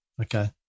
okay